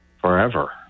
forever